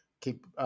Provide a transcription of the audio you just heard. Keep